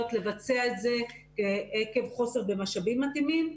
לבצע את זה עקב חוסר במשאבים מתאימים.